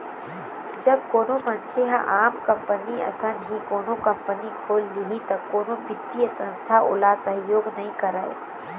जब कोनो मनखे ह आम कंपनी असन ही कोनो कंपनी खोल लिही त कोनो बित्तीय संस्था ओला सहयोग नइ करय